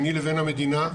ביני לבין המדינה,